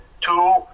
two